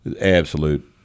absolute